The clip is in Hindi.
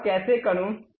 वह कैसे करूं